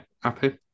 Happy